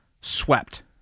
swept